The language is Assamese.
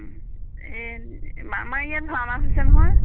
এই আমাৰ ইয়াত ভাওনা হৈছে নহয়